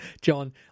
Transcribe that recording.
John